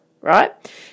right